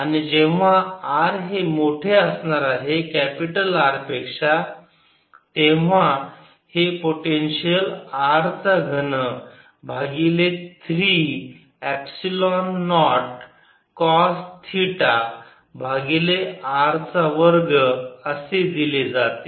आणि जेव्हा r हे मोठे असणार आहे कॅपिटल R पेक्षा तेव्हा हे पोटेन्शियल R चा घन भागिले 3 एपसिलोन नॉट कॉस थिटा भागिले r चा वर्ग असे दिले जाते